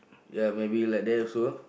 ya might be like that also